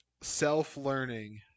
self-learning